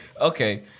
Okay